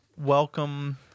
Welcome